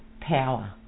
power